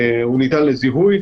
יהיה ניתן לזיהוי.